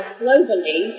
globally